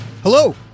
Hello